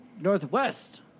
Northwest